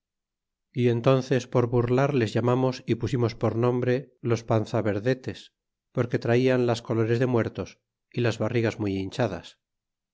y entónces por burlar les llamamos y pusimos por nombre los panza vertes porque tratan las colores de muertos y las barrigas muy hinchadas